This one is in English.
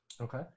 Okay